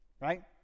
right